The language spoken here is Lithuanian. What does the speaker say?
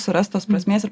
surast tos prasmės ir